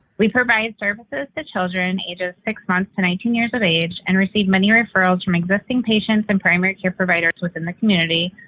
we provide services to children ages six months to nineteen years of age and receive many referrals from existing patients and primary care providers within the community.